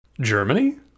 Germany